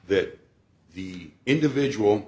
that the individual